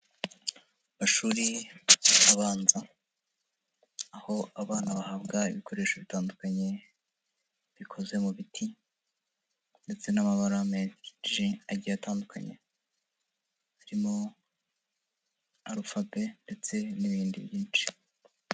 Amashuri abanza, aho abana bahabwa ibikoresho bitandukanye bikoze mu biti ndetse n'amabara menshi agiye atandukanye, harimo arufabe ndetse n'ibindi byinshi.